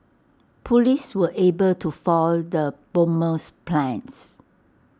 Police were able to foil the bomber's plans